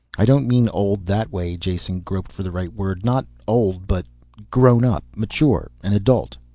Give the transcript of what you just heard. i don't mean old that way, jason groped for the right word. not old but grown-up, mature. an adult.